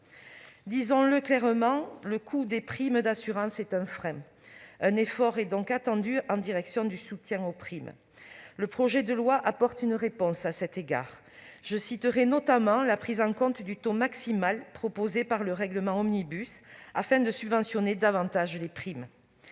Disons-le clairement, le coût des primes d'assurance est un frein. Un effort est donc attendu en direction du soutien aux primes. Le projet de loi vise à apporter une réponse à cet égard. Je citerai, notamment, la prise en compte du taux maximal proposé par le règlement Omnibus afin de subventionner davantage les primes.